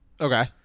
Okay